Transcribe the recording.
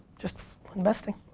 just investing.